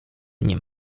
nie